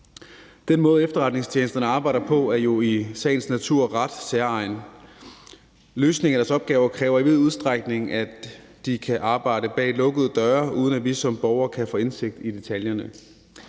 Den måde, efterretningstjenesterne arbejder på, er jo i sagens natur ret særegen. Løsning af deres opgaver kræver i vid udstrækning, at de kan arbejde bag lukkede døre, uden at vi som borgere kan få indsigt i detaljerne.